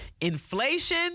inflation